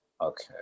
okay